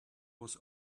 was